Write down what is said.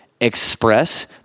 express